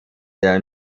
der